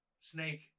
Snake